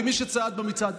כמי שצעד במצעד,